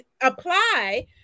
Apply